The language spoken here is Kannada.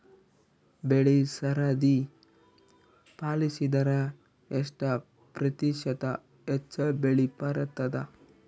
ಬೆಳಿ ಸರದಿ ಪಾಲಸಿದರ ಎಷ್ಟ ಪ್ರತಿಶತ ಹೆಚ್ಚ ಬೆಳಿ ಬರತದ?